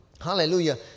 hallelujah